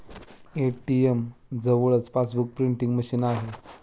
ATM जवळच passbook printing machine आहे